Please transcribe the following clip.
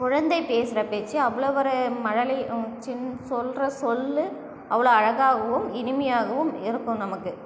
குழந்தை பேசுகிற பேச்சு அவ்வளோ ஒரு மழலை சின் சொல்கிற சொல் அவ்வளோ அழகாகவும் இனிமையாகவும் இருக்கும் நமக்கு